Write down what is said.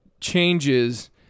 changes